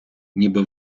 ніби